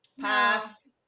Pass